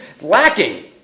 lacking